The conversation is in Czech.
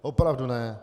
Opravdu ne.